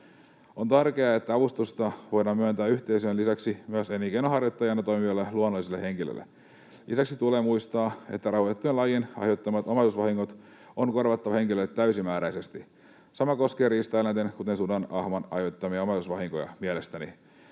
On tärkeää, että avustusta voidaan myöntää yhteisöjen lisäksi myös elinkeinonharjoittajana toimiville luonnollisille henkilöille. Lisäksi tulee muistaa, että rauhoitettujen lajien aiheuttamat omaisuusvahingot on korvattava henkilöille täysimääräisesti. Sama koskee mielestäni riistaeläinten, kuten suden ja ahman, aiheuttamia omaisuusvahinkoja.